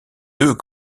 deux